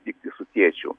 likti su tėčiu